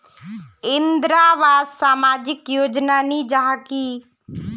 इंदरावास सामाजिक योजना नी जाहा की?